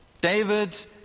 David